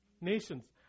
nations